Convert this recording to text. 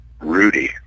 Rudy